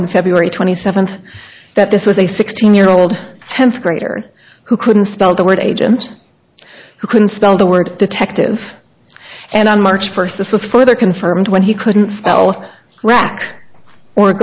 on february twenty seventh that this was a sixteen year old tenth grader who couldn't spell the word agent who couldn't spell the word detective and on march first this was further confirmed when he couldn't spell crack or